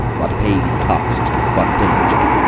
what pain it cost, what danger!